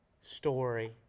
story